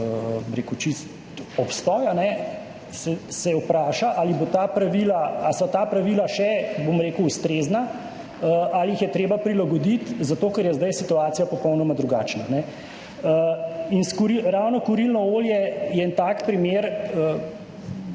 obstoj, ali so ta pravila še ustrezna ali jih je treba prilagoditi, zato ker je zdaj situacija popolnoma drugačna. In ravno kurilno olje je en tak primer.